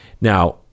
Now